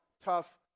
tough